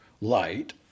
light